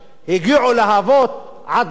הגיעו להבות עד גרון.